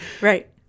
right